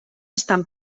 estan